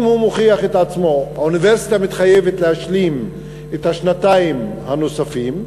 אם הוא מוכיח את עצמו האוניברסיטה מתחייבת להשלים את השנתיים הנוספות